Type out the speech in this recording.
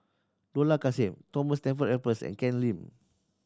Dollah Kassim Thomas Stamford Raffles and Ken Lim